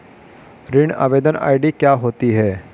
ऋण आवेदन आई.डी क्या होती है?